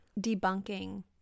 debunking